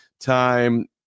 Time